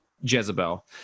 Jezebel